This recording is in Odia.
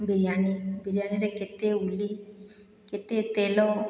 ବିରିୟାନୀ ବିରିୟାନୀରେ କେତେ ଉଲି କେତେ ତେଲ